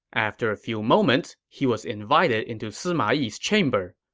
after a few moments, he was invited into sima yi's chamber.